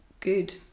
good